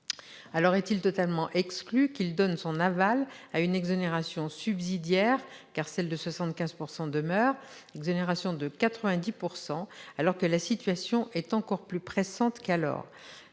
ans. Est-il totalement exclu qu'il donne son aval à une exonération subsidiaire- celle de 75 % demeure - de 90 %, alors que la situation est encore plus pressante qu'alors ?